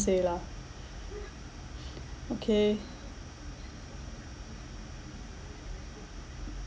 say lah okay